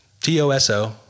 T-O-S-O